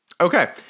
Okay